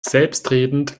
selbstredend